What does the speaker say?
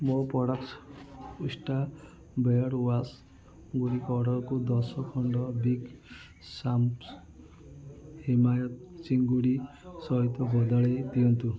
ମୋ ପ୍ରଡ଼କ୍ସ ଉଷ୍ତ୍ରା ବେୟର୍ଡ଼୍ ୱାଶ୍ଗୁଡ଼ିକ ଅର୍ଡ଼ର୍କୁ ଦଶ ଖଣ୍ଡ ବିଗ୍ ସାମ୍ସ୍ ହିମାୟତ୍ ଚିଙ୍ଗୁଡ଼ି ସହିତ ବଦଳାଇ ଦିଅନ୍ତୁ